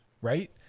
right